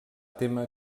témer